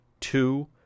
two